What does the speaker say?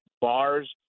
bars